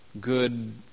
good